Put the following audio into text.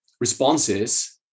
responses